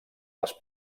les